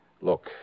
Look